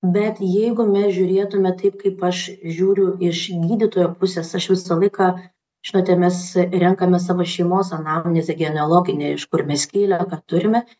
bet jeigu mes žiūrėtume taip kaip aš žiūriu iš gydytojo pusės aš visą laiką žinote mes renkame savo šeimos anamnezę genealoginę iš kur mes kilę ką turime